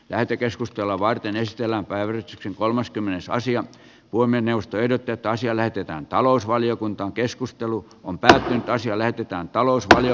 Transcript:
lähetekeskustelua varten esitellään päivän kolmaskymmenes asian voi mennä ustöitä jotta asia näytetään talousvaliokunta keskustelu on pärjätä siellä pitää kalustoa ja